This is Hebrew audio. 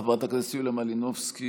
חברת הכנסת יוליה מלינובסקי,